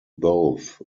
both